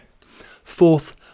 Fourth